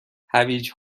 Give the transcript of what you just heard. هویج